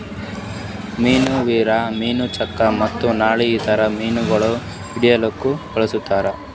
ಮೀನು ವೀರ್, ಮೀನು ಚಕ್ರ ಮತ್ತ ನಳ್ಳಿ ಲಿಂತ್ ಮೀನುಗೊಳ್ ಹಿಡಿಲುಕ್ ಬಳಸ್ತಾರ್